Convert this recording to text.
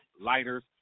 lighters